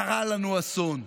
קרה לנו אסון,